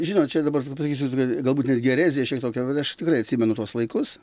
žinot čia dabar taip pasakysiu tokią galbūt netgi ereziją šiaip tokią bet aš tikrai atsimenu tuos laikus